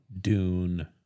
dune